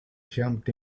jumped